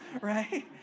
right